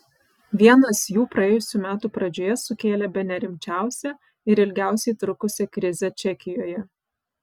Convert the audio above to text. vienas jų praėjusių metų pradžioje sukėlė bene rimčiausią ir ilgiausiai trukusią krizę čekijoje